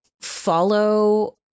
follow